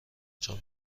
چون